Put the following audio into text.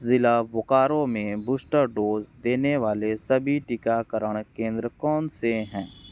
ज़िला बोकारो में booster dose देने वाले सभी टीकाकरण केंद्र कौन से हैं